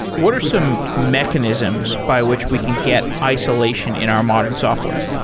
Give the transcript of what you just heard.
what are some mechanisms by which we can get isolation in our modern software?